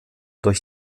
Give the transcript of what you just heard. durch